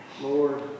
Lord